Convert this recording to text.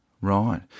Right